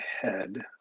head